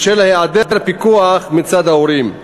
בשל היעדר פיקוח מצד ההורים.